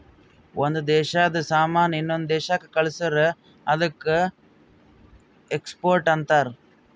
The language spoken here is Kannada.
ಒಂದ್ ದೇಶಾದು ಸಾಮಾನ್ ಇನ್ನೊಂದು ದೇಶಾಕ್ಕ ಕಳ್ಸುರ್ ಅದ್ದುಕ ಎಕ್ಸ್ಪೋರ್ಟ್ ಅಂತಾರ್